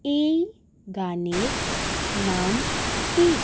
এই গানের নাম কী